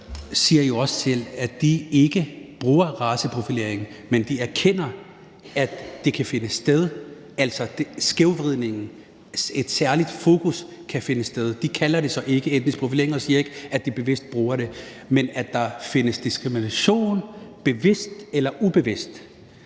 siger jo også selv, at de ikke bruger raceprofilering, men de erkender, at det kan finde sted, altså skævvridningen, og at et særligt fokus kan finde sted. De kalder det så ikke etnisk profilering og siger ikke, at de bevidst bruger det, men at der findes diskrimination – bevidst eller ubevidst